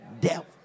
devil